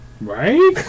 Right